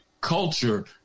culture